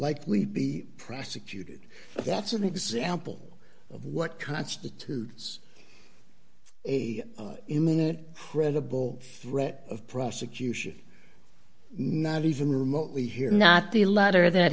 likely be prosecuted that's an example of what constitutes a imminent credible threat of prosecution not even remotely here not the letter that